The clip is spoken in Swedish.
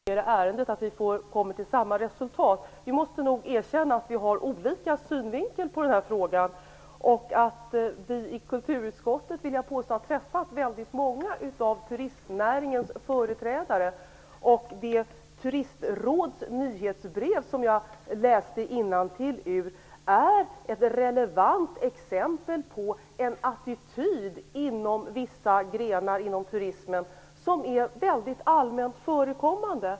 Fru talman! Jag företräder Miljöpartiet, inte mig själv. Dessutom är också Miljöpartiet företrätt i konstitutionsutskottet. Peter Eriksson har alldeles nyss förfäktat samma inställning. Jag tror faktiskt inte att vi, om vi sätter oss in i ärendet, kommer fram till samma resultat. Vi måste nog erkänna att vi har olika synvinklar i den här frågan. Jag vill påstå att vi i kulturutskottet har träffat väldigt många av turistnäringens företrädare. Det turistråds nyhetsbrev som jag nyss läste innantill ur är ett relevant exempel på en attityd inom vissa grenar inom turismen som är allmänt förekommande.